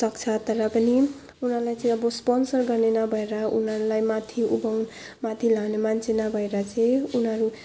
सक्छ तर पनि उनीहरूलाई चाहिँ स्पोन्सर गर्ने नभएर उनीहरूलाई माथि उँभाै माथि लाने मान्छे नभएर चाहिँ उनीहरू